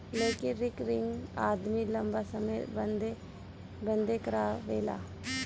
लेकिन रिकरिंग आदमी लंबा समय बदे करावेला